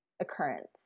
occurrence